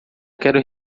quero